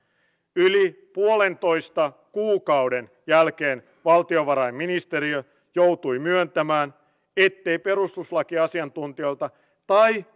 yli puolentoista kuukauden jälkeen valtiovarainministeriö joutui myöntämään ettei perustuslakiasiantuntijoilta tai